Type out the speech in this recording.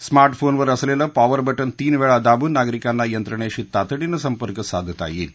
smart फोनवर असलेलं power button तीन वेळा दाबून नागरिकांना यंत्रणेशी तातडीनं संपर्क साधता येईल